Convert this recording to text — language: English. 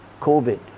COVID